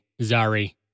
Zari